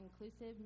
inclusive